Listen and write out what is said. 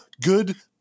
good